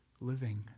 living